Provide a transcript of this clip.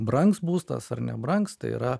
brangs būstas ar nebrangs tai yra